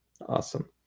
awesome